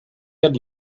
had